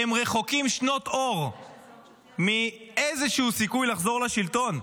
הם רחוקים שנות אור מאיזשהו סיכוי לחזור לשלטון.